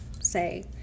say